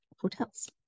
hotels